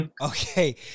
okay